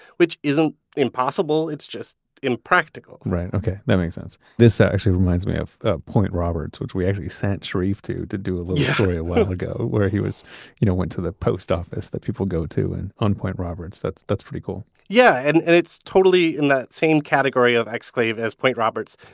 which isn't impossible, it's just impractical right. okay. that makes sense. this actually reminds me of ah point roberts, which we actually sent sharif to, to do a little story a while ago where he you know went to the post office that people go to and on point roberts. that's that's pretty cool yeah. and and it's totally in that same category of exclave as point roberts,